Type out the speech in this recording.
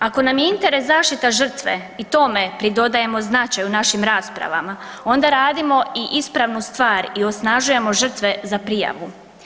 Ako nam je interes zaštita žrtve i tome pridodajemo značaj u našim raspravama onda radimo i ispravnu stvar i osnažujemo žrtve za prijavu.